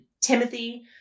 Timothy